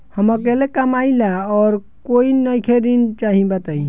हम अकेले कमाई ला और कोई नइखे ऋण चाही बताई?